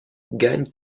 gagne